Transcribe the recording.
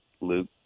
Luke